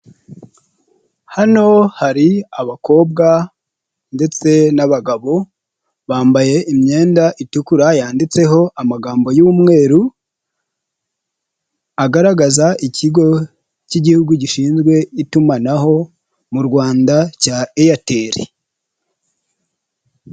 Hano hari abakobwa ndetse n'abagabo bambaye imyenda itukura yanditseho amagambo y'umweru agaragaza ikigo cy'Igihugu gishinzwe itumanaho mu Rwanda cya Airtel.